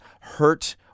hurt